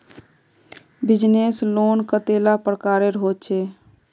Business loan कतेला प्रकारेर होचे?